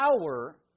power